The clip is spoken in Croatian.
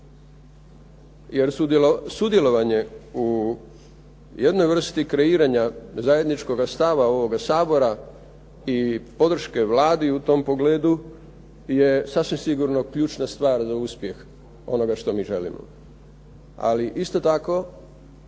Jer sudjelovanje u jednoj vrsti kreiranja zajedničkoga stava ovoga Sabora i podrške Vladi u tom pogledu, je sasvim sigurno ključna stvar za uspjeh onoga što mi želimo. Ali isto tako